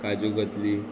kaju katli